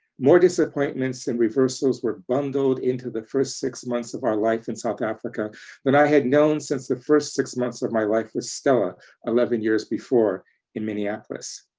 more disappointments and reversals were bundled into the first six months of our life in south africa that i had known since the first six months of my life with stella eleven years before in minneapolis.